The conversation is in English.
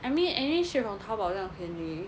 I mean anyway ship from 淘宝这样便宜